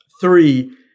Three